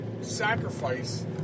sacrifice